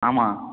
ஆமாம்